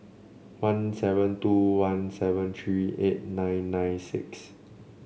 one seven two one seven three eight nine nine six